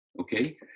okay